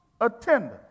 attendant